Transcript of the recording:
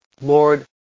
Lord